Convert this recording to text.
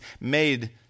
made